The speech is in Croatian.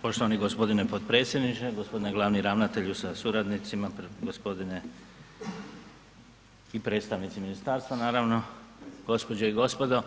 Poštovani g. potpredsjedniče, g. glavni ravnatelju sa suradnicima, gospodine i predstavnici ministarstva naravno, gospođe i gospodo,